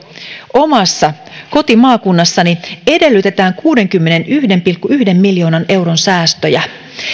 omassa kotimaakunnassani edellytetään kuudenkymmenenyhden pilkku yhden miljoonan euron säästöjä